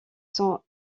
sont